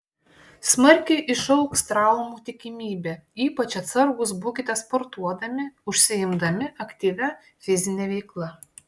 smarkiai išaugs traumų tikimybė ypač atsargūs būkite sportuodami užsiimdami aktyvia fizine veikla